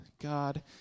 God